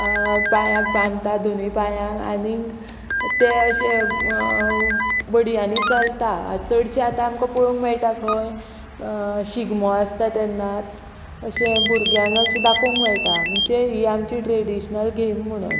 पांयांक बांदता दोनी पांयांक आनीक ते अशे बडयांनी चलता आतां चडशे आतां आमकां पळोवंक मेळटा खंय शिगमो आसता तेन्नाच अशें भुरग्यांक अशें दाखोवंक मेळटा म्हणजे ही आमची ट्रेडिशनल गेम म्हणून